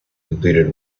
completed